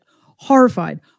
horrified